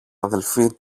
αδελφή